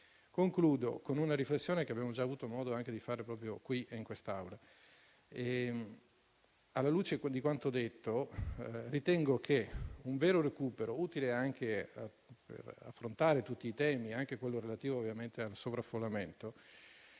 Concludo con una riflessione che abbiamo già avuto modo di fare proprio in quest'Aula. Alla luce di quanto detto, ritengo che un vero recupero dei detenuti, utile per affrontare tutti i temi, anche quello relativo al sovraffollamento,